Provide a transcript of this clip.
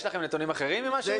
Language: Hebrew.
יש לכם נתונים אחרים ממה שהוצגו?